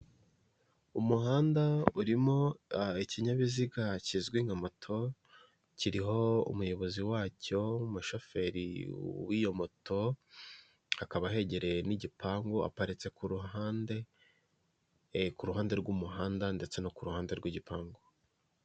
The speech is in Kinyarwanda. Umuhanda urimo ikinyabiziga kizwi nka moto kiriho umuyobozi wacyo, umushoferi w'iyo moto hakaba hegereye n'igipangu, aparitse ku ruhande rw'umuhanda ndetse no ku ruhande rw'igipangu.